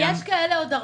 ויש כאלה עוד הרבה.